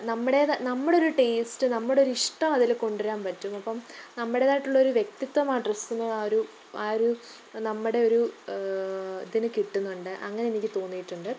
നമ്മുടേത് നമ്മുടെ ഒരു ടേസ്റ്റ് നമ്മുടെ ഒരു ഇഷ്ട്ടം അതിൽ കൊണ്ടു വരാന് പറ്റും അപ്പം നമ്മുടേതായിട്ടുള്ള ഒരു വ്യക്തിതം ആ ഡ്രെസ്സിന് ആ ഒരു ആ ഒരു നമ്മുടെ ഒരു ഇതിന് കിട്ടുന്നുണ്ട് അങ്ങനെ എനിക്ക് തോന്നിയിട്ടൂണ്ട്